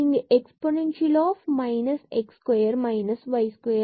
இங்கு exponential of minus x square minus y square